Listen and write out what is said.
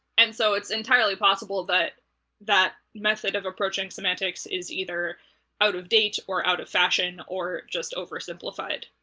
and so it's entirely possible that that method of approaching semantics is either out of date or out of fashion or just oversimplified,